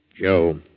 Joe